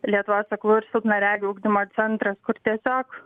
lietuvos aklųjų ir silpnaregių ugdymo centras kur tiesiog